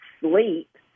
sleep